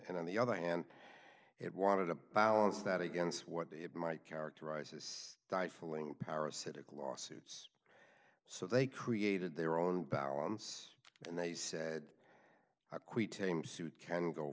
and on the other hand it wanted to balance that against what it might characterize this die feeling parasitic lawsuits so they created their own balance and they said i quit team suit can go